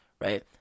right